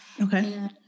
Okay